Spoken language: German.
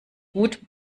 gut